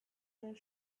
their